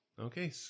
Okay